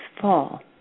fall